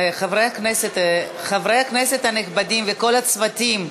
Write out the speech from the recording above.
חברי הכנסת הנכבדים וכל הצוותים,